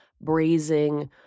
braising